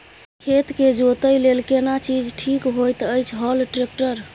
खेत के जोतय लेल केना चीज ठीक होयत अछि, हल, ट्रैक्टर?